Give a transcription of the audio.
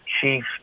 chief